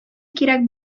кирәк